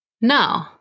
No